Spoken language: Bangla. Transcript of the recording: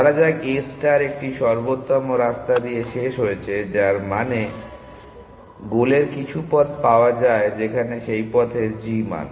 ধরা যাক A ষ্টার একটি সর্বোত্তম রাস্তা দিয়ে শেষ হয়েছে যার মানে গোলের কিছু পথ পাওয়া যায় যেখানে সেই পথের g মান